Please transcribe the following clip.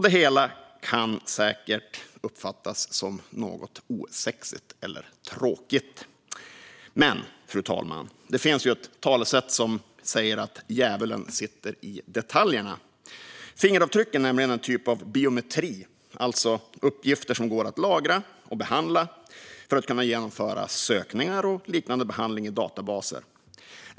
Det hela kan säkert uppfattas som något osexigt eller tråkigt. Men, fru talman, det finns ju ett talesätt som säger att djävulen sitter i detaljerna. Fingeravtryck är nämligen en typ av biometri, alltså uppgifter som går att lagra och behandla för att kunna genomföra sökningar och liknande behandling i databaser.